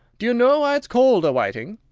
do you know why it's called a whiting?